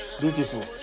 beautiful